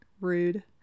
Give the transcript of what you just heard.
Rude